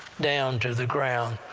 down to the ground,